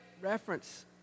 reference